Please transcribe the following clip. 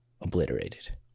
obliterated